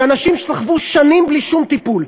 שאנשים סחבו שנים בלי שום טיפול.